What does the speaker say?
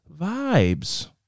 vibes